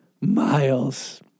miles